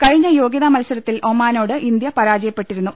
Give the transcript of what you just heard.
കഴിഞ്ഞ യോഗൃതാ മത്സരത്തിൽ ഒമാനോട് ഇന്ത്യ പരാജയപ്പെട്ടിരു ന്നു